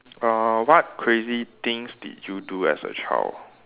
uh what crazy things did you do as a child